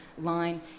line